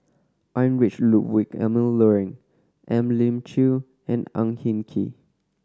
Heinrich Ludwig Emil Luering Elim Chew and Ang Hin Kee